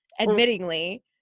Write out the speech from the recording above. admittingly